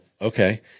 okay